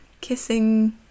kissing